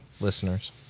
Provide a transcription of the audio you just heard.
listeners